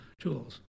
tools